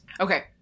Okay